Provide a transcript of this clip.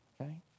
okay